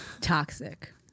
Toxic